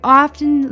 often